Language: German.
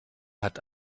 hat